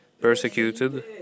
persecuted